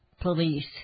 police